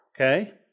okay